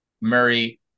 Murray